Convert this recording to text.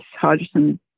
Hodgson